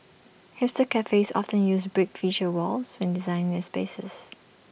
hipster cafes often use brick feature walls when designing their spaces